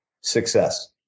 Success